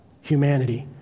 humanity